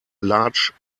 large